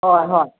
ꯍꯣꯏ ꯍꯣꯏ